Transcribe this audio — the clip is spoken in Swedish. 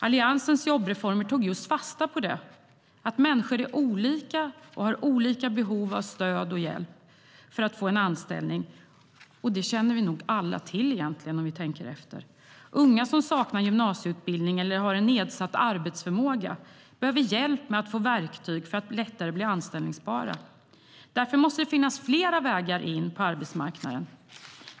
Alliansens jobbreformer tog fasta på just det faktum att människor är olika och har olika behov av stöd och hjälp för att få en anställning. Det känner vi nog alla till, om vi tänker efter. Unga som saknar gymnasieutbildning eller har nedsatt arbetsförmåga behöver hjälp att få verktyg för att lättare bli anställbara. Därför måste det finnas flera vägar in på arbetsmarknaden.